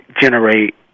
generate